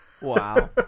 Wow